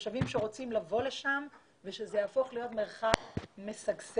תושבים שרוצים לבוא לשם ושזה יהפוך להיות מרחב משגשג.